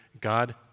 God